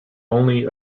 only